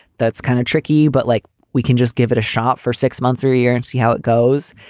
that's kind of tricky. but like we can just give it a shot for six months or a year and see how it goes.